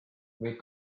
võid